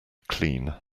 clean